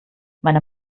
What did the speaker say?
meine